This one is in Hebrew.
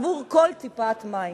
עבור כל טיפת מים.